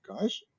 guys